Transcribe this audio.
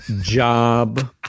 job